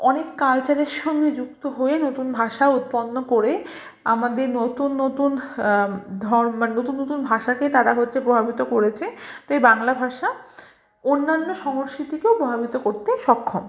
অনেক কালচারের সঙ্গে যুক্ত হয়ে নতুন ভাষা উৎপন্ন করে আমাদের নতুন নতুন মানে নতুন নতুন ভাষাকে তারা হচ্ছে প্রভাবিত করেছে তো এই বাংলা ভাষা অন্যান্য সংস্কৃতিকেও প্রভাবিত করতে সক্ষম